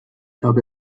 habe